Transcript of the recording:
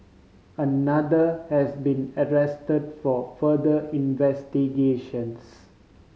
another has been arrest for further investigations